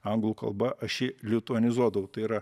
anglų kalba aš jį lituanizuodavau tai yra